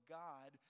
god